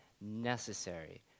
necessary